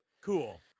Cool